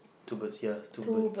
two birds ya two bird